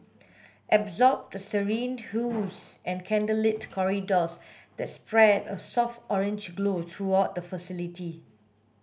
absorb the serene hues and candlelit corridors that spread a soft orange glow throughout the facility